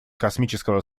космического